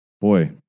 boy